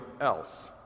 else